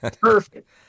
perfect